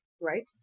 right